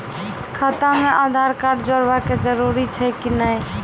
खाता म आधार कार्ड जोड़वा के जरूरी छै कि नैय?